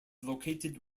located